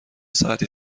ساعتی